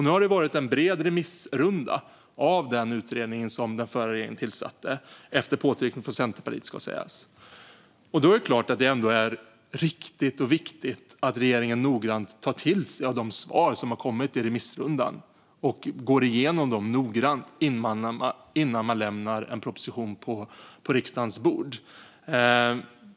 Nu har det varit en bred remissrunda av den utredning som den förra regeringen tillsatte - efter påtryckningar från Centerpartiet, ska sägas. Då är det såklart riktigt och viktigt att regeringen noga tar till sig av de svar som har kommit i remissrundan och går igenom dem noggrant innan man lämnar en proposition på riksdagens bord.